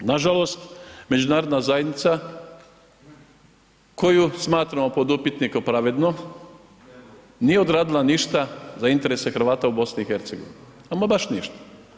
Nažalost, međunarodna zajednica koju smatramo pod upitnikom, pravednom, nije odradila ništa za interese Hrvata u BiH, ama baš ništa.